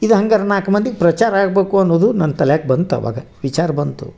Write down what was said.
ಇದು ಹಂಗಾರೆ ನಾಲ್ಕು ಮಂದಿಗೆ ಪ್ರಚಾರ ಆಗಬೇಕು ಅನ್ನೋದು ನನ್ನ ತಲೆಯಾಗಿ ಬಂತು ಅವಾಗ ವಿಚಾರ ಬಂತು